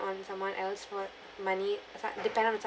on someone else for money uh s~ dependent on